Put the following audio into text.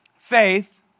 Faith